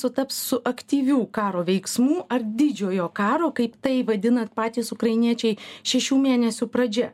sutaps su aktyvių karo veiksmų ar didžiojo karo kaip tai vadina patys ukrainiečiai šešių mėnesių pradžia